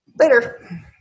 Later